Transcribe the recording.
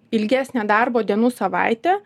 ilgesnė darbo dienų savaitė